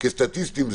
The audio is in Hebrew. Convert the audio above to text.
כסטטיסטים,